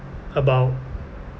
about